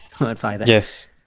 Yes